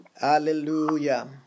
Hallelujah